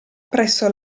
presso